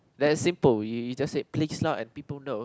that is simple you you just said please lah and people know